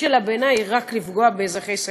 שלה בעיני היא רק לפגוע באזרחי ישראל.